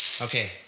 Okay